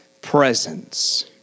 presence